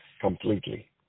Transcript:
completely